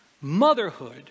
Motherhood